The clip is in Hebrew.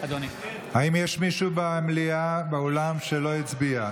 האם יש מישהו באולם המליאה שלא הצביע?